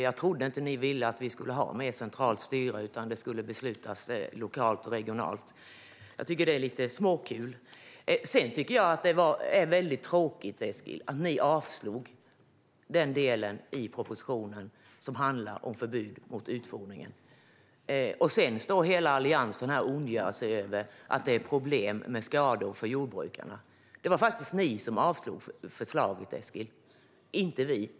Jag trodde inte att ni ville att vi skulle ha mer av central styrning, utan det här skulle beslutas lokalt och regionalt. Det här är lite småkul. Det är för övrigt väldigt tråkigt, Eskil, att ni avslog den del i propositionen som handlar om förbudet mot utfodring. Nu står hela Alliansen och ondgör sig över att jordbrukarna har problem med skador. Det var faktiskt ni som avslog förslaget, inte vi.